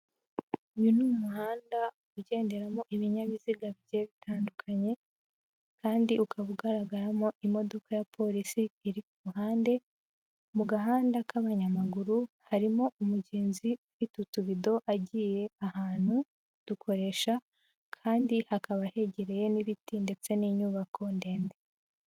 Uyu ni umuhanda ugenderamo ibinyabiziga bigiye bitandukanye kandi ukaba ugaragaramo imodoka ya polisi iri ku ruhande, mu gahanda k'abanyamaguru harimo umugenzi ufite ututubido agiye ahantu kudukoresha kandi hakaba hegereye n'ibiti ndetse n'inyubako ndende.